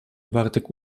bartek